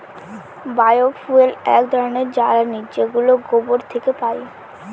বায় fuel এক ধরনের জ্বালানী যেগুলো গোবর থেকে পাই